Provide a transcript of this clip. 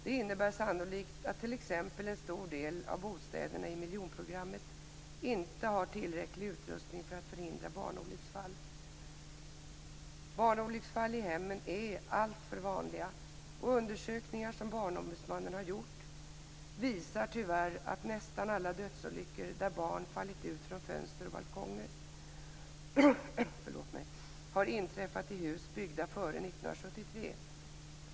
Det innebär sannolikt att t.ex. en stor del av bostäderna i miljonprogrammet inte har tillräcklig utrustning för att förhindra barnolycksfall. Barnolycksfall i hemmen är alltför vanliga, och undersökningar som Barnombudsmannen har gjort visar tyvärr att nästan alla dödsolyckor där barn fallit ut från fönster och balkonger har inträffat i hus byggda före 1973.